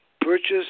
purchase